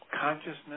consciousness